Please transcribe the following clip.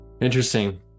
Interesting